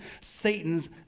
Satan's